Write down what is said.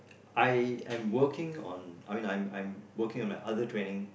I am working on I mean I'm I'm working on my other training